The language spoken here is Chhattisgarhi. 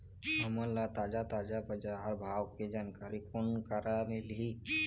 हमन ला ताजा ताजा बजार भाव के जानकारी कोन करा से मिलही?